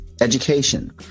education